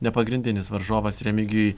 ne pagrindinis varžovas remigijui